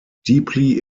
deeply